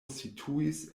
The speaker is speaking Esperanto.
situis